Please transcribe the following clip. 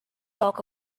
talk